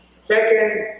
Second